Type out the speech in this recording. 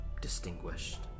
distinguished